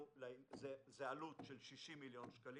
זה עלות של 60 מיליון שקלים.